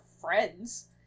friends